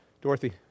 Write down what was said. Dorothy